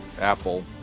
Apple